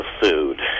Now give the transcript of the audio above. food